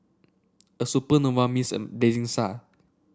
a Supernova means a blazing star